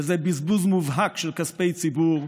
וזה בזבוז מובהק של כספי ציבור,